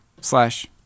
slash